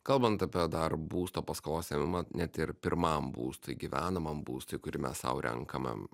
kalbant apie dar būsto paskolos ėmimą net ir pirmam būstui gyvenamam būstui kurį mes sau renkamam